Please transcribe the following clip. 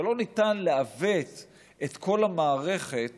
אבל לא ניתן לעוות את כל המערכת